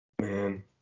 Man